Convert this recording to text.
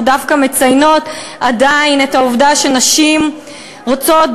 דווקא מציינות עדיין את העובדה שנשים רוצות,